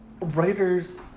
Writers